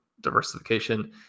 diversification